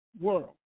world